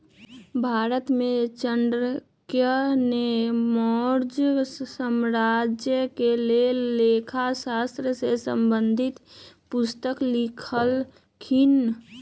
भारत में चाणक्य ने मौर्ज साम्राज्य के लेल लेखा शास्त्र से संबंधित पुस्तक लिखलखिन्ह